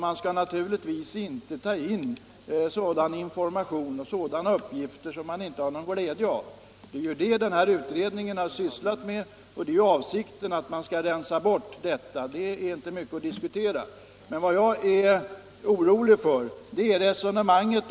Man skall naturligtvis inte ta in sådan information och sådana uppgifter som man inte har någon glädje av. Det är detta som denna utredning har sysslat med. Avsikten är att man skall rensa bort uppgifter som inte behövs, och den saken behöver vi inte diskutera.